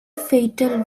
fatal